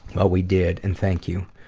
well, we did, and thank you.